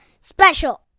special